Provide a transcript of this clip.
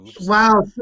Wow